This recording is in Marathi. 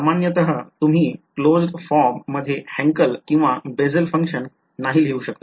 सामान्यतः तुम्ही क्लोज फॉर्म मध्ये Hankel किंवा Bessel Function नाही लिहू शकत